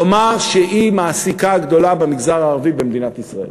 לומר שהיא מעסיקה גדולה במגזר הערבי במדינת ישראל.